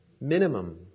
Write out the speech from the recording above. Minimum